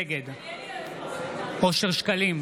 נגד אושר שקלים,